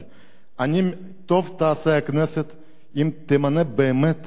טוב תעשה הכנסת אם תמנה באמת ועדה בין-לאומית,